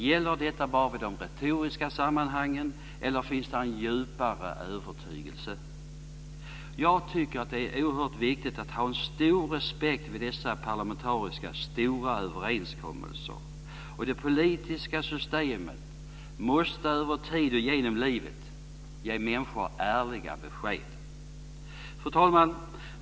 Gäller detta bara i de retoriska sammanhangen eller finns det en djupare övertygelse? Jag tycker att det är oerhört viktigt att ha stor respekt för dessa stora parlamentariska överenskommelser. De politiska systemen måste över tiden genom livet ge människor ärliga besked. Fru talman!